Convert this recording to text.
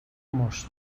most